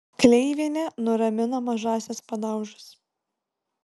kleivienė nuramino mažąsias padaužas